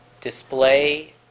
display